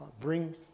bring